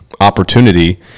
opportunity